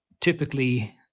typically